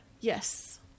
Yes